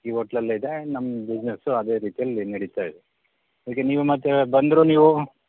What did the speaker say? ಈ ಹೋಟ್ಲಲ್ಲೇ ಇದ್ದಾನೆ ನಮ್ಮ ಬಿಸ್ನೆಸ್ಸು ಅದೇ ರೀತಿಯಲ್ಲಿ ನಡೀತಾ ಇದೆ ಈಗ ನೀವು ಮತ್ತೆ ಬಂದರೂ ನೀವು